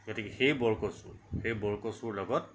গতিকে সেই বৰকচু সেই বৰকচুৰ লগত